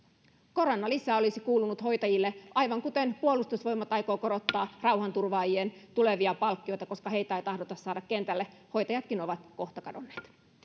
koronalisä olisi kuulunut hoitajille aivan kuten puolustusvoimat aikoo korottaa rauhanturvaajien tulevia palkkioita koska heitä ei tahdota saada kentälle hoitajatkin ovat kohta kadonneet